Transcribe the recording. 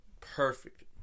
perfect